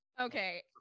okay